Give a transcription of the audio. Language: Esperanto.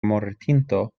mortinto